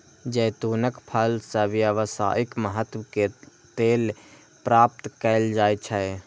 जैतूनक फल सं व्यावसायिक महत्व के तेल प्राप्त कैल जाइ छै